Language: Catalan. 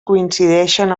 coincideixen